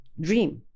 Dream